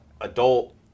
adult